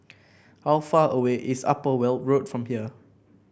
how far away is Upper Weld Road from here